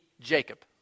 Jacob